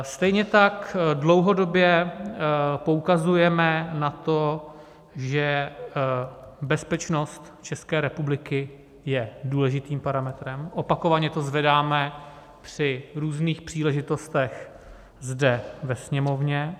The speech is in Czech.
Stejně tak dlouhodobě poukazujeme na to, že bezpečnost České republiky je důležitým parametrem, opakovaně to zvedáme při různých příležitostech zde ve Sněmovně.